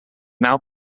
now